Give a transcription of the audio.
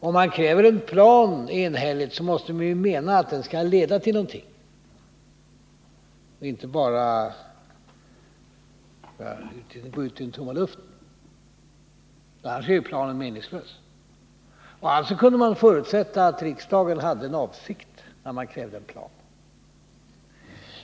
Om man enhälligt kräver en plan, så måste man ju mena att den skall leda till någonting och inte bara mynna ut i tomma luften; annars är ju planen meningslös. Alltså kunde man förutsätta att riksdagen hade en avsikt.